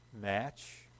match